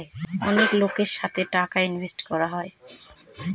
অনেক লোকের সাথে টাকা ইনভেস্ট করা হয়